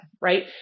right